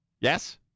Yes